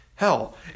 Hell